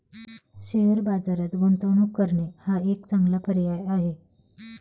share बाजारात गुंतवणूक करणे हा एक चांगला पर्याय आहे